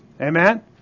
Amen